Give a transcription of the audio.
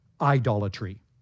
idolatry